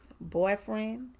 boyfriend